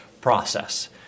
process